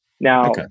Now